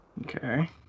Okay